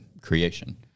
creation